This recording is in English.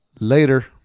Later